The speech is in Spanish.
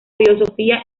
filosofía